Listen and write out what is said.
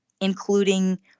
including